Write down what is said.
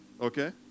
okay